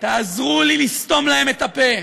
תעזרו לי לסתום להם את הפה.